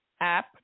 app